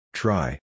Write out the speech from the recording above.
Try